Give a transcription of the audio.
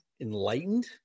enlightened